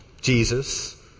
Jesus